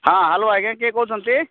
ହଁ ହ୍ୟାଲୋ ଆଜ୍ଞା କିଏ କହୁଛନ୍ତି